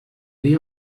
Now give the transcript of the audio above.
dia